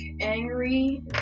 angry